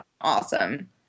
awesome